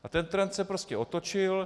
A ten trend se prostě otočil.